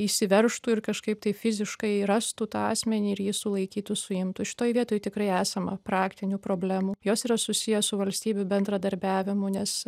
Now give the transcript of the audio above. įsiveržtų ir kažkaip tai fiziškai rastų tą asmenį ir jį sulaikytų suimtų šitoj vietoj tikrai esama praktinių problemų jos yra susiję su valstybių bendradarbiavimu nes